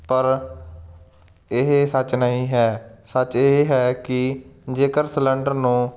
ਪਰ ਇਹ ਸੱਚ ਨਹੀਂ ਹੈ ਸੱਚ ਇਹ ਹੈ ਕਿ ਜੇਕਰ ਸਿਲੰਡਰ ਨੂੰ